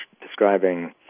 describing